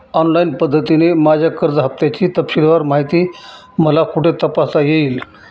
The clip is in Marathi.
ऑनलाईन पद्धतीने माझ्या कर्ज हफ्त्याची तपशीलवार माहिती मला कुठे तपासता येईल?